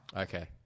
okay